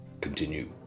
continue